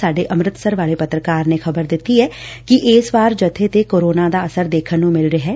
ਸਾਡੇ ਅੰਮਿਤਸਰ ਵਾਲੇ ਪੱਤਰਕਾਰ ਨੇ ਖ਼ਬਰ ਦਿੱਤੀ ਏ ਕਿ ਇਸ ਵਾਰ ਜੱਥੇ ਤੇ ਕੋਰੋਨਾ ਦਾ ਅਸਰ ਦੇਖਣ ਨੂੰ ਮਿਲ ਰਿਹੈ